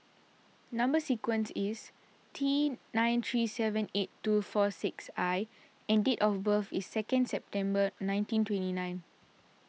Number Sequence is T nine three seven eight two four six I and date of birth is second September nineteen twenty nine